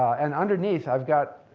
and, underneath, i've got,